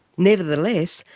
nevertheless,